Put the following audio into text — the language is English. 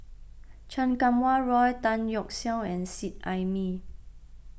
Chan Kum Wah Roy Tan Yeok Seong and Seet Ai Mee